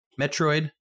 Metroid